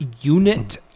unit